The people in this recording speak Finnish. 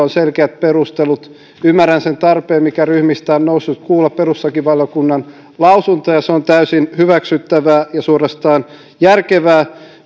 on selkeät perustelut ymmärrän sen tarpeen mikä ryhmistä on noussut kuulla perustuslakivaliokunnan lausunto ja se on täysin hyväksyttävää ja suorastaan järkevää